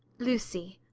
lucy.